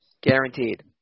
Guaranteed